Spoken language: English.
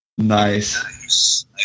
nice